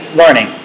learning